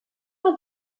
all